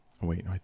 Wait